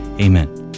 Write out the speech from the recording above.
amen